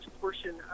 portion